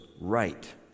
right